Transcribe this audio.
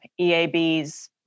EAB's